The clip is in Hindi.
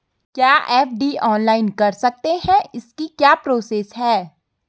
क्या एफ.डी ऑनलाइन कर सकते हैं इसकी क्या प्रोसेस है?